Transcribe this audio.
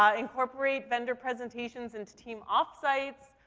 um incorporate vendor presentations into team offsites.